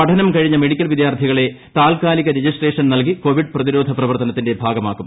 പഠനം കഴിഞ്ഞ മെഡിക്കൽ വിദ്യാർഥികളെ താൽക്കാലിക രജിസ്ട്രേഷൻ നൽകി കൊവിഡ് പ്രതിരോധ പ്രവർത്തനത്തിന്റെ ഭാഗമാക്കും